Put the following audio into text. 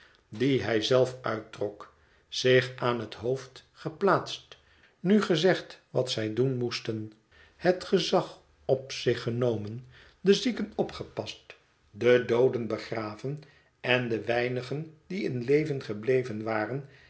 die hij zelf uittrok zich aan het hoofd geplaatst hun gezegd wat zij doen moesten het gezag op zich genomen de zieken opgepast de dooden begraven en de weinigen die in leven gebleven waren